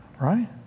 Right